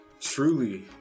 Truly